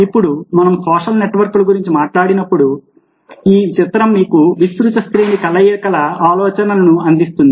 ఇప్పుడు మనం సోషల్ నెట్వర్క్ల గురించి మాట్లాడుతున్నప్పుడు ఈ చిత్రం మీకు విస్తృత శ్రేణి కలయికల ఆలోచనను అందిస్తుంది